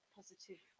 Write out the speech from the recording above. positive